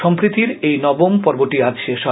সম্প্রীতির এই নবম পর্বটি আজ শেষ হয়